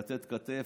לתת כתף,